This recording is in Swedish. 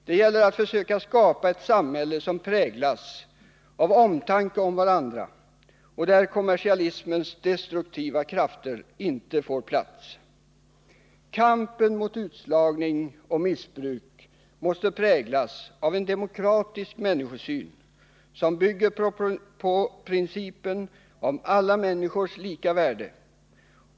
Det gäller att försöka skapa ett samhälle som präglas av omtanke om varandra och där kommersialismens destruktiva krafter inte får plats. Kampen mot utslagning och missbruk måste präglas av en demokratisk människosyn. som bygger på principen om alla människors lika värde.